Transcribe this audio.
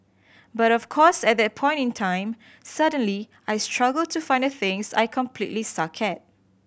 but of course at that point in time suddenly I struggle to find the things I completely suck at